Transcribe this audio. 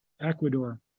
Ecuador